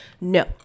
No